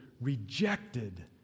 rejected